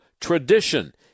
tradition